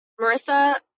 Marissa